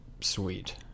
sweet